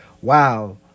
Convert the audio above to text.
wow